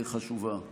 חשובה אחת: